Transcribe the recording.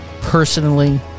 personally